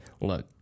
look